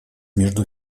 между